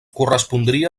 correspondria